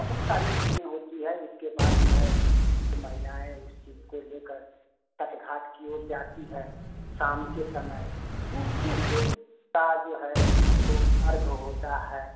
बहुत सारी चीज़ें होती हैं इसके बाद जो है माहिलाएँ उस चीज़ को ले कर तट घाट कि और जाती है शाम के समय डूबते सूरज देवता जो है अर्ग होता है